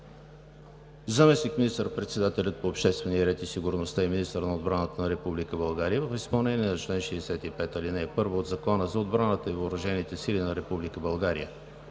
Заместник министър-председателят по обществения ред и сигурността и министър на отбраната на Република България в изпълнение на чл. 65, ал. 1 от Закона за отбраната и въоръжените сили на Република България